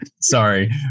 Sorry